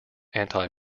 anti